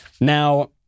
Now